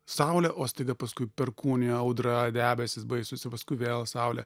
saulė o staiga paskui perkūnija audra debesys baisūs ir paskui vėl saulė